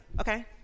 Okay